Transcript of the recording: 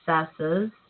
successes